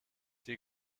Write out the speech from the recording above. die